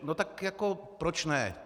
No tak jako proč ne?